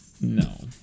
No